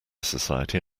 society